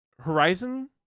Horizon